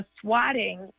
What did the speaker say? swatting